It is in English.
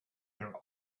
their